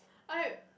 I